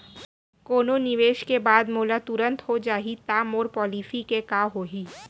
कोनो निवेश के बाद मोला तुरंत हो जाही ता मोर पॉलिसी के का होही?